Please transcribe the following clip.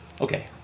Okay